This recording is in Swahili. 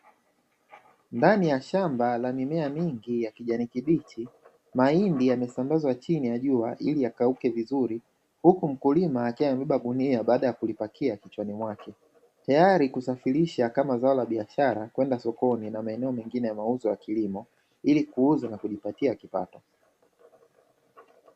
Ndani ya shamba la mimea mingi ya kijani kibichi, mahindi yamesambazwa chini ya jua ili yakauke vizuri, huku mkulima akiwa amebeba gunia baada ya kulipakia kichwani mwake tayari kusafirisha kama zao la biashara kwenda sokoni na maeneo mengine ya mauzo ya kilimo ili kuuza na kujipatia kipato.